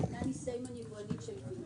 נני סיימן מנכ"לית סיימן סחר יבואני